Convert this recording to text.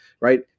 right